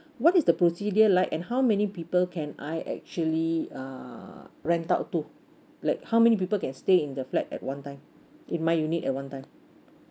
what is the procedure like and how many people can I actually err rent out to like how many people can stay in the flat at one time in my unit at one time